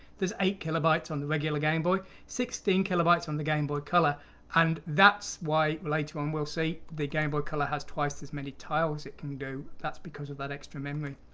there's eight kilobytes on the regular gameboy. sixteen kilobytes on the gameboy color and that's why later on we'll see the gameboy color has twice as many tiles. it can do that's because of that extra memory.